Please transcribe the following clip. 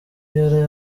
yari